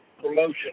promotion